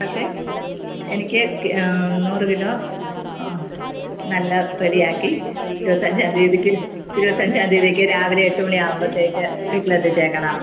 പക്ഷേ എനിക്ക് നൂറ് കിലോ നല്ല റെഡിയാക്കി ഇരുപത്തഞ്ചാം തിയതിക്ക് ഇരുപത്തഞ്ചാം തിയതിക്ക് രാവിലെ എട്ട് മണി ആവുമ്പോൾത്തേക്ക് വീട്ടിലെത്തിച്ചേക്കണം